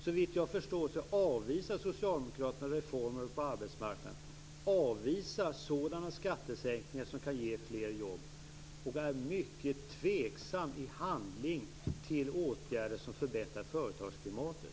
Såvitt jag förstår avvisar Socialdemokraterna reformer på arbetsmarknaden och avvisar sådana skattesänkningar som kan ge fler jobb och är i handling mycket tveksamma till åtgärder som förbättrar företagsklimatet.